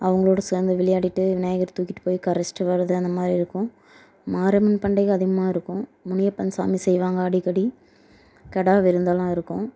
அவங்களோட சேர்ந்து விளையாடிட்டு விநாயகர் தூக்கிட்டு போய் கரைத்திட்டு வரது அந்தமாதிரி இருக்கும் மாறம் பண்டிகை அதிகமாக இருக்கும் முனியப்பன் சாமி செய்வாங்க அடிக்கடி கிடா விருந்தெல்லாம் இருக்கும்